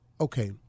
okay